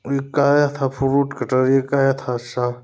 एक का आया था फ्रूट कटर एक आया था श